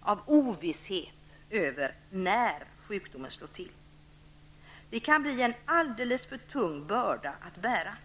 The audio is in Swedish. av ovisshet om när sjukdomen skall slå till. Det kan bli en alldeles för tung börda att bära.